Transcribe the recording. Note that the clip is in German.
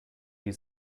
die